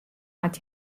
hat